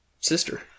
Sister